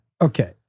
Okay